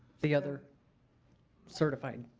the other certified.